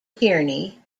tierney